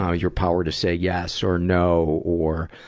ah your power to say yes or no or,